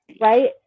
right